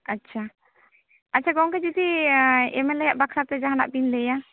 ᱟᱪᱪᱷᱟ ᱟᱪᱪᱷᱟ ᱜᱚᱢᱠᱮ ᱡᱩᱫᱤ ᱮᱢᱮᱞᱮᱭᱟᱜ ᱵᱟᱠᱷᱟᱨᱟ ᱛᱮ ᱡᱟᱦᱟᱱᱟᱜ ᱵᱤᱱ ᱞᱟᱹᱭᱟ